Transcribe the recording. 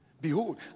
Behold